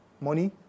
Money